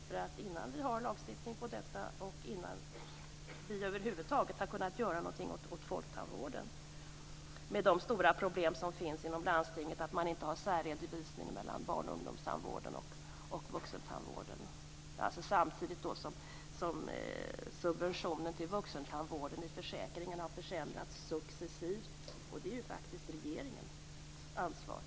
Innan vi fått en en lagstiftning på området och innan vi över huvud taget har kunnat göra någonting åt folktandvården innebär det stora problem inom landstinget. De har ingen särredovisning mellan barnoch ungdomstandvården och vuxentandvården, samtidigt som subventionen till vuxentandvården i försäkringen successivt har försämrats. Detta är faktiskt regeringens ansvar.